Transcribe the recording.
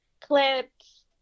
clips